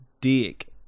dick